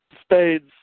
Spades